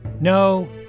No